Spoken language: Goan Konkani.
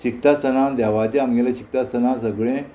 शिकता आसतना देवाचें आमगेलें शिकता आसतना सगळें